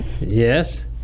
Yes